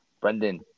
Brendan